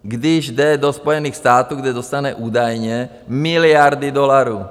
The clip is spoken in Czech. Když jde do Spojených států, kde dostane údajně miliardy dolarů...